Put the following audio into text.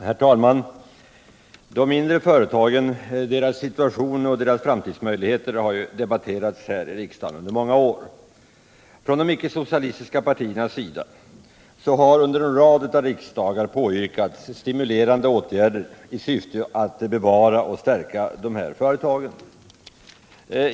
Herr talman! De mindre företagen, deras situation och framtidsmöjmedelstora ligheter har debatterats här i riksdagen i många år. Från de icke-socia — företagens utvecklistiska partiernas sida har under en rad av riksdagar påyrkats stimu = ling, m.m. lerande åtgärder i syfte att bevara och stärka dessa företag.